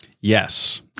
Yes